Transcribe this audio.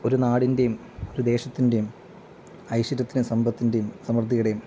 ഒരു നാടിൻറ്റെയും ഒരു ദേശത്തിൻ്റെയും ഐശ്വര്യത്തിനെ സമ്പത്തിൻ്റെയും സമൃദ്ധിയുടെയും